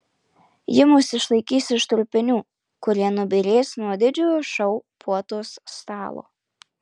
ji mus išlaikys iš trupinių kurie nubyrės nuo didžiojo šou puotos stalo